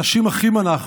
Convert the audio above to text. אנשים אחים אנחנו.